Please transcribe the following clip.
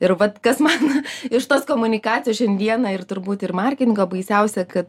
ir vat kas man iš tos komunikacijos šiandieną ir turbūt ir markingo baisiausia kad